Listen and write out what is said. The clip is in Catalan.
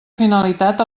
finalitat